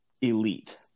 elite